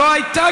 לא הייתה,